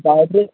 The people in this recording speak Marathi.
बाजे